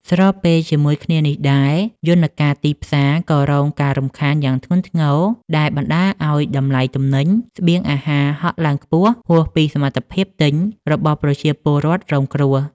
ស្របពេលជាមួយគ្នានេះដែរ យន្តការទីផ្សារក៏រងការរំខានយ៉ាងធ្ងន់ធ្ងរ ដែលបណ្តាលឱ្យតម្លៃទំនិញស្បៀងអាហារហក់ឡើងខ្ពស់ហួសពីសមត្ថភាពទិញរបស់ប្រជាពលរដ្ឋរងគ្រោះ។